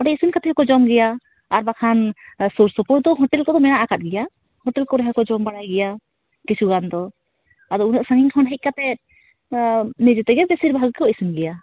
ᱚᱸᱰᱮ ᱤᱥᱤᱱ ᱠᱟᱛᱮ ᱦᱚᱸᱠᱚ ᱡᱚᱢ ᱜᱮᱭᱟ ᱟᱨ ᱵᱟᱠᱷᱟᱱ ᱥᱩᱨ ᱥᱩᱯᱩᱨ ᱫᱚ ᱦᱳᱴᱮᱞ ᱠᱚᱫᱚ ᱢᱮᱱᱟᱜ ᱟᱠᱟᱫ ᱜᱮᱭᱟ ᱦᱳᱴᱮᱞ ᱠᱚᱨᱮ ᱦᱚᱸᱠᱚ ᱡᱚᱢ ᱵᱟᱲᱟᱭ ᱜᱮᱭᱟ ᱠᱤᱪᱷᱩ ᱜᱟᱱ ᱫᱚ ᱟᱫᱚ ᱩᱱᱟᱹᱜ ᱥᱟᱺᱜᱤᱧ ᱠᱷᱚᱱ ᱦᱮᱡ ᱠᱟᱛᱮᱫ ᱱᱤᱡᱮ ᱛᱮᱜᱮ ᱵᱮᱥᱤᱨ ᱵᱷᱟᱜᱽ ᱜᱮᱠᱚ ᱤᱥᱤᱱ ᱜᱮᱭᱟ